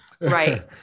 Right